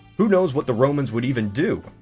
who knows what the romans would even do?